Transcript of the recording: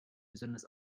besonders